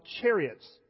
chariots